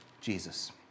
Jesus